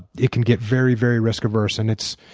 it can get very, very risk averse. and it's